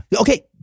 Okay